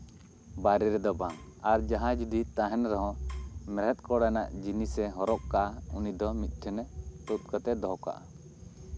ᱵᱟᱭᱨᱮ ᱨᱮᱫᱚ ᱵᱟᱝ ᱟᱨ ᱡᱟᱦᱟᱸᱭ ᱡᱚᱫᱤ ᱛᱟᱦᱮᱱ ᱨᱮᱦᱚᱸ ᱢᱮᱬᱦᱮᱫ ᱠᱚᱨᱮᱱᱟᱜ ᱡᱤᱱᱤᱥ ᱮ ᱦᱚᱨᱚᱜ ᱠᱟᱜᱼᱟ ᱩᱱᱤ ᱫᱚ ᱢᱤᱫᱴᱷᱮᱱᱮ ᱛᱩᱫ ᱠᱟᱛᱮᱜ ᱮ ᱫᱚᱦᱚ ᱠᱟᱜᱼᱟ